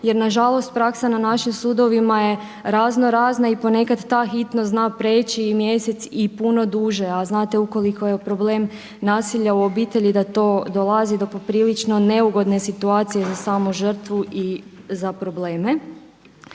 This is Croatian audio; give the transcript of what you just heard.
jer nažalost praksa na našim sudovima je razno-razna i ponekad ta hitnost zna preći i mjesec i puno duže a znate ukoliko je problema nasilja u obitelji da to dolazi do poprilično neugodne situacije za samu žrtvu i za probleme.